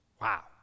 Wow